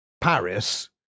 Paris